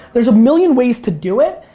there's a million ways to do it.